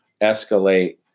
escalate